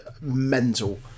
mental